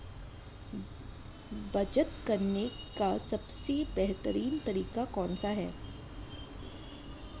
बचत करने का सबसे बेहतरीन तरीका कौन सा है?